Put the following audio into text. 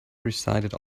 recited